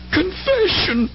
confession